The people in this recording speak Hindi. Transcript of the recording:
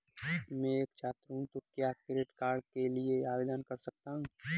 मैं एक छात्र हूँ तो क्या क्रेडिट कार्ड के लिए आवेदन कर सकता हूँ?